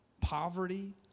poverty